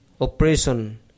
Operation